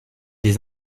des